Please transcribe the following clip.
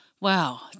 wow